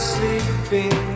sleeping